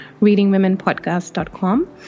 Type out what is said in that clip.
readingwomenpodcast.com